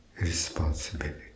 responsibility